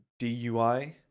dui